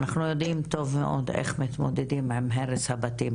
אנחנו יודעים טוב מאוד איך מתמודדים עם הרס הבתים,